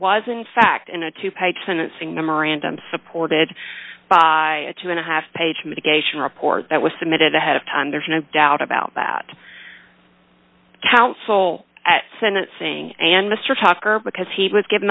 was in fact in a two page sentencing memorandum supported by a two and a half page mitigation report that was submitted ahead of time there's no doubt about that counsel at sentencing and mr tucker because he was given